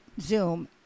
Zoom